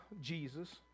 Jesus